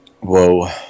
Whoa